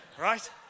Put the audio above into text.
right